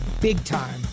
big-time